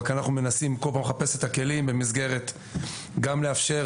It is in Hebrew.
רק אנחנו מנסים כל פעם לחפש את הכלים במסגרת גם לאפשר